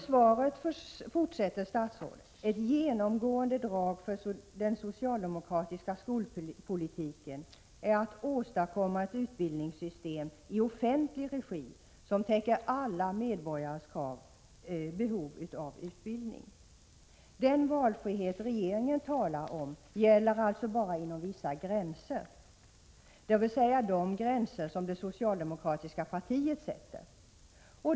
I svaret säger statsrådet: ”Ett genomgående drag för den socialdemokratiska skolpolitiken är att åstadkomma ett utbildningssystem i offentlig regi som täcker alla medborgares behov av grundläggande utbildning.” Den valfrihet regeringen talar om gäller alltså bara inom vissa gränser, dvs. inom de gränser som det socialdemokratiska partiet sätter.